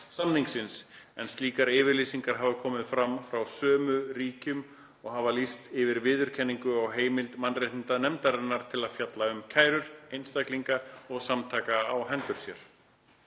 samningsins, en slíkar yfirlýsingar hafa komið fram frá sömu ríkjum og hafa lýst yfir viðurkenningu á heimild mannréttindanefndarinnar til að fjalla um kærur einstaklinga og samtaka á hendur sér.